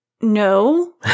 No